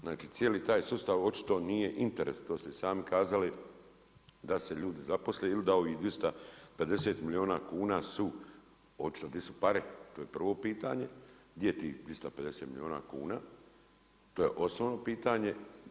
Znači cijeli taj sustav očito nije interes, to ste i sami kazali da se ljudi zaposle ili da ovih 250 milijuna kuna su očito gdje su pare, to je prvo pitanje, gdje je tih 250 milijuna kuna, to je osnovno pitanje.